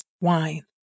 wine